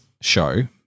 show